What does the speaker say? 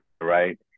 right